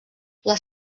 les